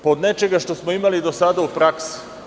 Pa, od nečega što smo imali do sada u praksi.